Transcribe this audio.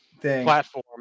platform